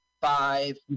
five